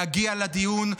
להגיע לדיון,